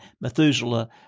Methuselah